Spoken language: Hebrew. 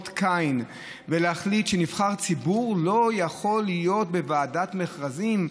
קין ולהחליט שנבחר ציבור לא יכול להיות בוועדת מכרזים.